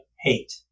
hate